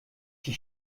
die